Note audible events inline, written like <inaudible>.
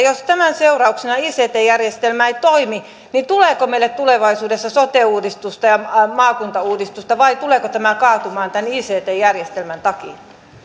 <unintelligible> jos tämän seurauksena ict järjestelmä ei toimi niin tuleeko meille tulevaisuudessa sote uudistusta ja maakuntauudistusta vai tuleeko tämä kaatumaan ict järjestelmän takia